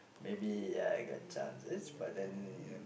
maybe ya I got chance yes but then